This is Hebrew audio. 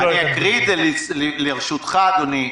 אני אקרא את זה, ברשותך אדוני.